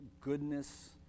goodness